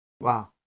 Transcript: Wow